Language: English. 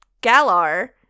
galar